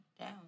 down